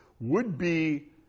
would-be